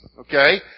Okay